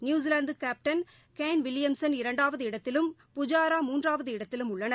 நியூசிலாந்தகேப்டன் Kane Williamson இரண்டாவது இடத்திலும் புஜாரா மூன்றாவது இடத்திலும் உள்ளனர்